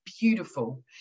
beautiful